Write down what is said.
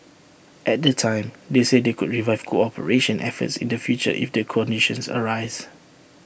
at the time they said they could revive cooperation efforts in the future if the conditions arise